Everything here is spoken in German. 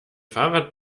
fahrrad